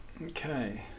Okay